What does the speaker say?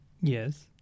Yes